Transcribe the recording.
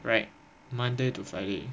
right monday to friday